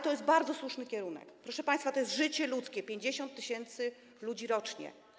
To jest bardzo słuszny kierunek, proszę państwa, to jest życie 50 tys. ludzi rocznie.